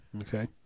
Okay